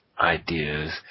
ideas